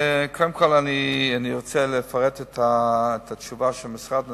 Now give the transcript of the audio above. קודם כול, אני רוצה לפרט את התשובה שהמשרד נתן,